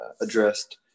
addressed